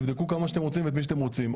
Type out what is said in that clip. תבדקו כמה שאתם רוצים ואת מי שאתם רוצים,